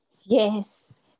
yes